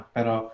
Pero